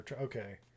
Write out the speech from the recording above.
okay